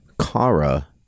Kara